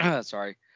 Sorry